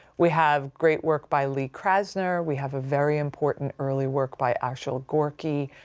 we have great work by lee krasner, we have a very important early work by arshile gorky,